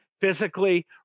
physically